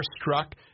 struck